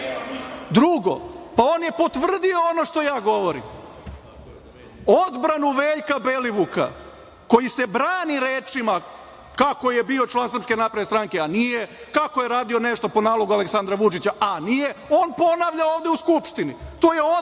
znate. Drugo, on je potvrdio ono što ja govorim, odbranu Veljka Belivuka koji se brani rečima kako je bio član SNS a nije, kako je radio nešto po nalogu Aleksandra Vučića, a nije, on ponavlja ovde u Skupštini. To je odbrana